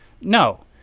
no